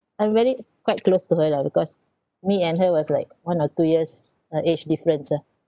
I'm very quite close to her lah because me and her was like one or two years uh age difference ah